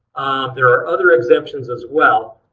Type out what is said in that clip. there are other exemptions as well.